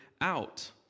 out